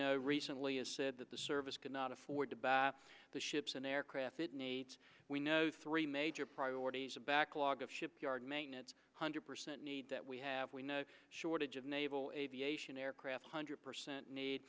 know recently has said that the service cannot afford to buy the ships an aircraft it needs we know three major priorities a backlog of shipyard maintenance hundred percent need that we have we no shortage of naval aviation aircraft hundred percent need